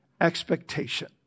expectation